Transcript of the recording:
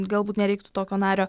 galbūt nereiktų tokio nario